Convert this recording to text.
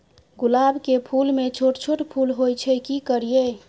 गुलाब के फूल में छोट छोट फूल होय छै की करियै?